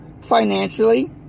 financially